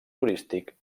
turístic